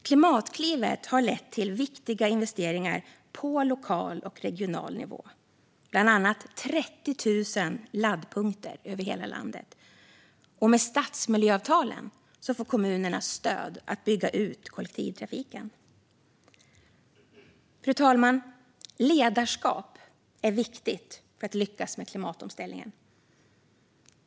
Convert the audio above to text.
Klimatklivet har lett till viktiga investeringar på lokal och regional nivå - det handlar bland annat om 30 000 laddpunkter över hela landet. Och med stadsmiljöavtalen får kommunerna stöd att bygga ut kollektivtrafiken. Fru talman! Ledarskap är viktigt för att man ska lyckas med klimatomställningen.